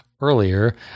earlier